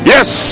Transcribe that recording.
Yes